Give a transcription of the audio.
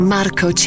Marco